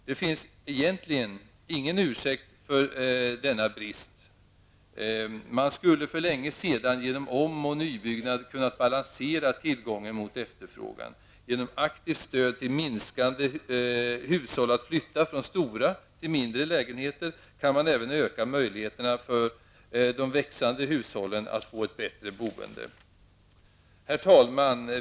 Det finns egentligen ingen ursäkt för denna brist. Man skulle för länge sedan genom om och nybyggnad ha kunnat balansera tillgången mot efterfrågan. Genom aktivt stöd till minskande hushåll att flytta från stora till mindre lägenheter kan man även öka möjligheterna för de växande hushållen att få ett bättre boende. Herr talman!